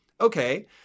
okay